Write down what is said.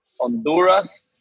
Honduras